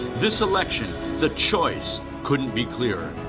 this election, the choit couldn't be clearer.